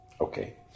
Okay